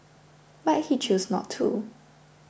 but he chose not to